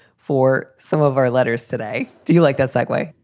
for some of our letters today. do you like that segway?